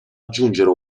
aggiungere